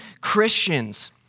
Christians